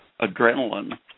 adrenaline